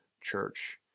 church